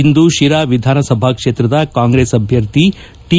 ಇಂದು ಶಿರಾ ವಿಧಾನಸಭಾ ಕ್ಷೇತ್ರದ ಕಾಂಗ್ರೆಸ್ ಅಭ್ಯರ್ಥಿ ಟಿ